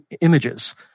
Images